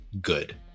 good